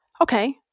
Okay